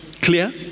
clear